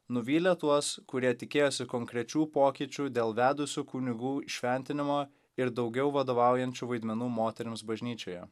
nuvylė tuos kurie tikėjosi konkrečių pokyčių dėl vedusių kunigų įšventinimo ir daugiau vadovaujančių vaidmenų moterims bažnyčioje